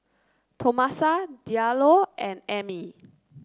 Tomasa Diallo and Emmy